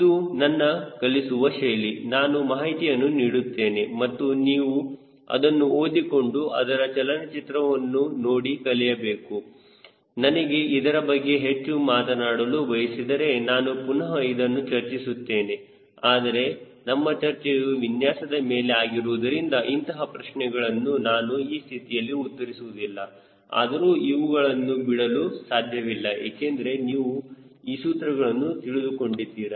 ಇದು ನನ್ನ ಕಲಿಸುವ ಶೈಲಿ ನಾನು ಮಾಹಿತಿಯನ್ನು ನೀಡುತ್ತೇನೆ ಮತ್ತು ನೀವು ಅದನ್ನು ಓದಿಕೊಂಡು ಅದರ ಚಲನಚಿತ್ರವನ್ನು ನೋಡಿ ಕಲಿಯಬೇಕು ನನಗೆ ಇದರ ಬಗ್ಗೆ ಹೆಚ್ಚು ಮಾತನಾಡಲು ಬಯಸಿದರೆ ನಾನು ಪುನಹ ಇದನ್ನು ಚರ್ಚಿಸುತ್ತೇನೆ ಆದರೆ ನಮ್ಮ ಚರ್ಚೆಯು ವಿನ್ಯಾಸದ ಮೇಲೆ ಆಗಿರುವುದರಿಂದ ಇಂತಹ ಪ್ರಶ್ನೆಗಳನ್ನು ನಾನು ಈ ಸ್ಥಿತಿಯಲ್ಲಿ ಉತ್ತರಿಸುವುದಿಲ್ಲ ಆದರೂ ಇವುಗಳನ್ನು ಬಿಡಲು ಸಾಧ್ಯವಿಲ್ಲ ಏಕೆಂದರೆ ನೀವು ಈ ಸೂತ್ರಗಳನ್ನು ತಿಳಿದುಕೊಂಡಿದ್ದೀರಾ